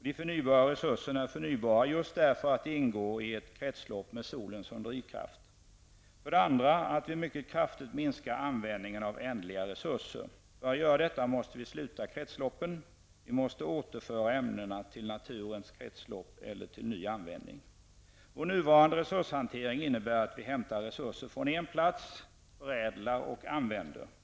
De förnybara resurserna är förnybara just därför att de ingår i ett kretslopp med solen som drivkraft. För det andra måste vi mycket kraftigt minska användningen av ändliga resurser. För att göra detta måste vi sluta kretsloppen och återföra ämnena till naturens kretslopp eller till ny användning. Vår nuvarande resurshantering innebär att vi hämtar resurser från en plats, fördelar och använder.